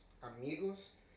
amigos